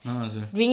a'ah sia